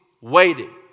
waiting